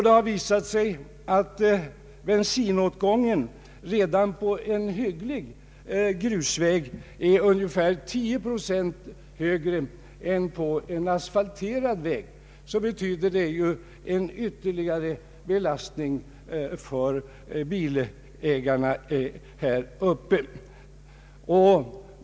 Det har visat sig att bensinåtgången redan på en hygglig grusväg är ungefär 10 procent högre än på en asfalterad väg. Det betyder ju en ytterligare belastning för bilägarna i Norrland.